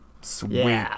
Sweet